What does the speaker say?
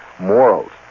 Morals